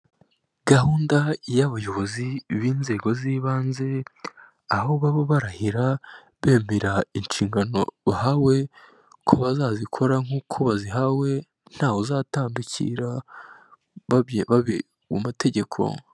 Gahunda y'abayobozi b'inzego z'ibanze, aho baba barahira, bemera inshingano bahawe ko bazazikora nk'uko bazihawe, ntawuzatandukira mu mategeko.